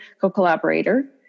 co-collaborator